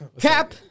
Cap